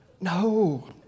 No